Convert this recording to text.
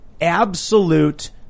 absolute